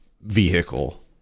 vehicle